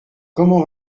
comment